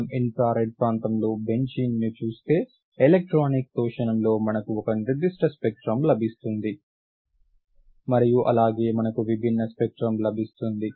మనం ఇన్ఫ్రారెడ్ ప్రాంతంలో బెంజీన్ను చూస్తే ఎలక్ట్రానిక్ శోషణంలో మనకు ఒక నిర్దిష్ట స్పెక్ట్రం లభిస్తుంది మరియు అలాగే మనకు విభిన్న స్పెక్ట్రం లభిస్తుంది